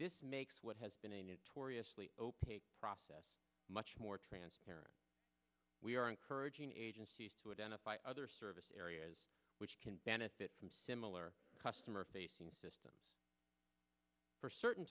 this makes what has been a new tory asli opaque process much more transparent we are encouraging agencies to identify other service areas which can benefit from similar customer facing system for certain